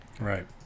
Right